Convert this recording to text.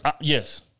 Yes